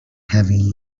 having